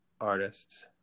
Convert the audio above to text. artists